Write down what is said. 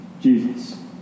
Jesus